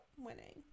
winning